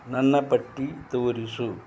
ನನ್ನ ಪಟ್ಟಿ ತೋರಿಸು